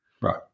right